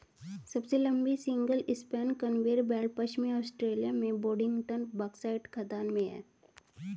सबसे लंबी single span conveyor belt पश्चिमी ऑस्ट्रेलिया में बोडिंगटन बॉक्साइट खदान में है